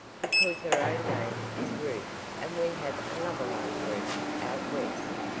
because her own name is ruth and we have another aunt ruth out west.